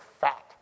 fat